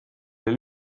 olid